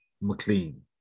mclean